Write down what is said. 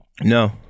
No